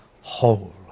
whole